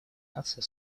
наций